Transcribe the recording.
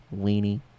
weenie